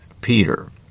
Peter